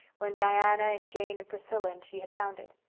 when diana and jane and priscilla and she had found it.